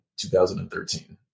2013